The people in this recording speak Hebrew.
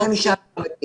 יופי.